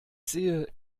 sehe